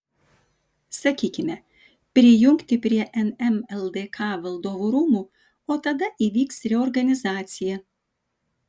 sakykime prijungti prie nm ldk valdovų rūmų o tada įvyks reorganizacija